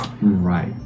Right